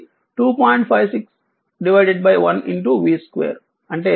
56 1 v 2 అంటే 1